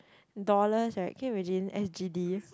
dollars right can imagine s_g_d